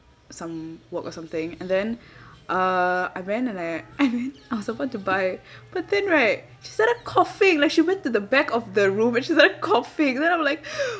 some work or something and then uh I went and I I went I was about to buy but then right she started coughing like she went to the back of the room and she's like coughing then I'm like